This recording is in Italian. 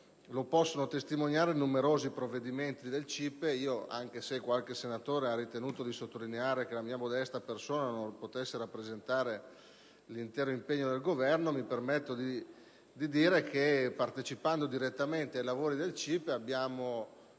lo possono testimoniare numerosi provvedimenti del CIPE, anche se qualche senatore ha ritenuto di sottolineare che la mia modesta persona non potesse rappresentare l'intero impegno del Governo. Mi permetto di dire, avendo partecipato direttamente ai lavori del CIPE, che abbiamo